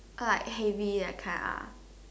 like heavy that kind ah